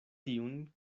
tiun